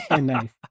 Nice